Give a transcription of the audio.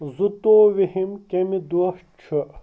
زٕتووُہِم کَمہِ دۄہ چھُ